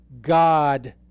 God